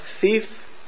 thief